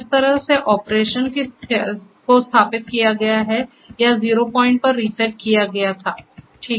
तो इस तरह से ऑपरेशन को स्थापित किया गया था या 0 पॉइंट पर रीसेट किया गया था